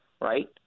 right